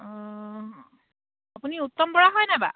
অঁ আপুনি উত্তম বৰা হয়নে বাৰু